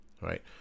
right